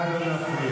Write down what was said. נא לא להפריע.